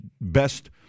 best